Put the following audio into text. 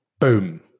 Boom